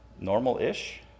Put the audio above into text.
normal-ish